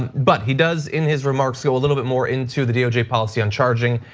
but, he does in his remarks go a little bit more into the doj policy on charging,